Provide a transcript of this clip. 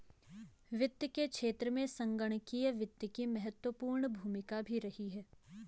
वित्त के क्षेत्र में संगणकीय वित्त की महत्वपूर्ण भूमिका भी रही है